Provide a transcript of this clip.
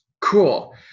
cool